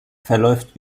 verläuft